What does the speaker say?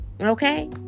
Okay